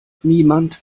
niemand